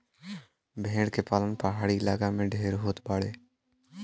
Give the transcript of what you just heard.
भेड़ के पालन पहाड़ी इलाका में ढेर होत बाटे